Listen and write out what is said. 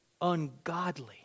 ungodly